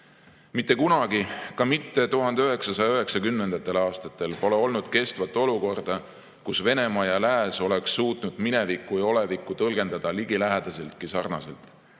ei olnud ka mitte 1990. aastatel kestvat olukorda, kus Venemaa ja lääs oleks suutnud minevikku ja olevikku tõlgendada ligilähedaseltki sarnaselt.